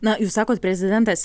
na jūs sakot prezidentas